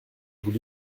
vous